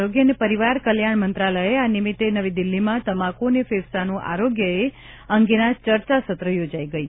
આરોગ્ય અને પરિવાર કલ્યોણ મંત્રાલયે આ નિમિત્તે નવી દિલ્હીમાં તમાકુ અને ફેફસાનું આરોગ્યએ અંગેના ચર્ચાસત્ર યોજાઇ ગઇ